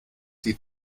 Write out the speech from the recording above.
die